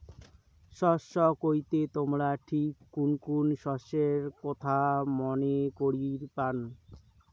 শস্য কইতে তোমরা ঠিক কুন কুন শস্যের কথা মনে করির পান?